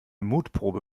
mutprobe